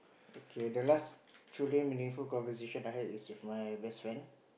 okay the last truly meaningful conversation I had is with my best friend